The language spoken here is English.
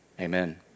Amen